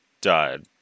died